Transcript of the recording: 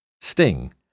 Sting